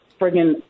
friggin